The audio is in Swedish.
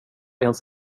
ens